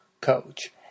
coach